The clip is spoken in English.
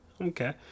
Okay